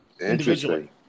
individually